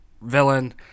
villain